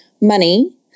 money